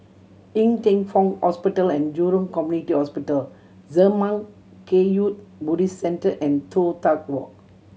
Ng Teng Fong Hospital And Jurong Community Hospital Zurmang Kagyud Buddhist Centre and Toh Tuck Walk